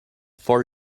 for